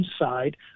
inside